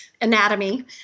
anatomy